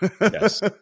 yes